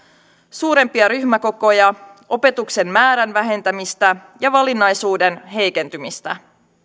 suurempia ryhmäkokoja opetuksen määrän vähentämistä ja valinnaisuuden heikentymistä